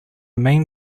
main